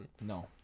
No